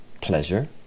pleasure